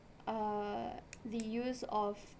uh the use of